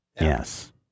Yes